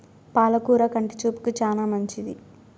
పాల కూర కంటి చూపుకు చానా మంచిది